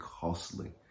costly